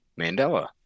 Mandela